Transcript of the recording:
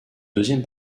deuxième